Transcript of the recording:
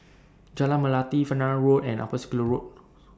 Jalan Melati Fernvale Road and Upper Circular Road